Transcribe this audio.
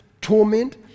torment